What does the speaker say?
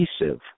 adhesive